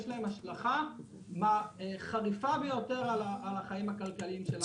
יש השלכה חריפה ביותר על החיים הכלכליים של האזרח.